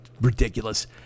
ridiculous